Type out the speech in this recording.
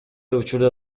учурда